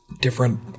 different